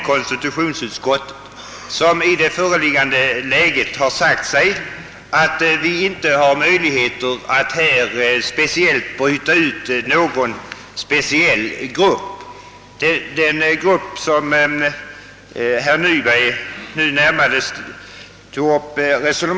Konstitutionsutskottet har i föreliggande läge sagt sig att man inte har möjligheter att bryta ut någon speciell grupp. Den grupp som herr Nyberg närmast berörde var de blinda.